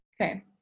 Okay